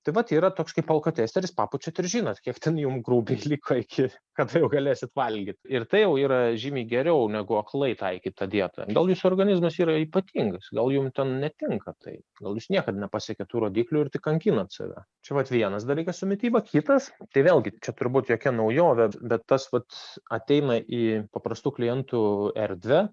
tai vat yra toks kaip alkotesteris papučiat ir žinot kiek ten jum grubiai liko iki kad galėsit valgyt ir tai jau yra žymiai geriau negu aklai taikyt tą dietą dėl jūsų organizmas yra ypatingas gal jum netinka tai gal jūs niekad nepasiekiat tų rodyklių ir tik kankinat save čia vat vienas dalykas su mityba kitas tai vėlgi čia turbūt jokia naujovė bet tas vat ateina į paprastų klientų erdvę